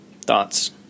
Thoughts